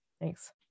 thanks